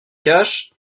cache